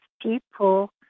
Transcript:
people